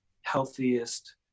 healthiest